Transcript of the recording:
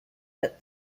that